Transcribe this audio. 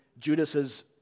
Judas's